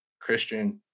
Christian